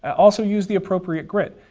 also, use the appropriate grit.